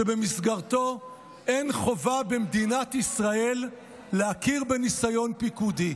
שבמסגרתה אין חובה במדינת ישראל להכיר בניסיון פיקודי,